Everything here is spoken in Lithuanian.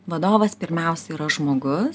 vadovas pirmiausia yra žmogus